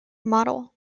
model